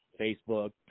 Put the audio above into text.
Facebook